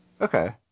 okay